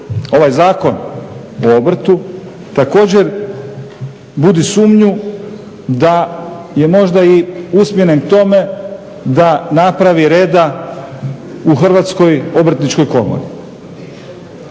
Ovaj Zakon o obrtu, također budi sumnju da je možda i usmjeren tome da napravi reda u Hrvatskoj obrtničkoj komori.